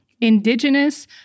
indigenous